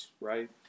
right